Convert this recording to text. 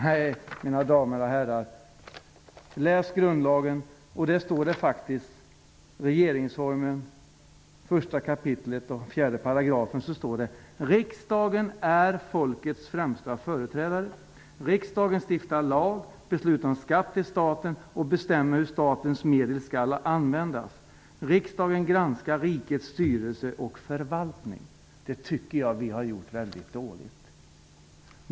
Nej, mina damer och herrar, läs grundlagen! I 1 kap. 4 § regeringsformen står det: ''Riksdagen är folkets främsta företrädare. Riksdagen stiftar lag, beslutar om skatt till staten och bestämmer hur statens medel skall användas. Riksdagen granskar rikets styrelse och förvaltning.'' Det tycker jag att vi har skött väldigt dåligt.